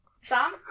Sam